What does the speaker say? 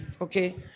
Okay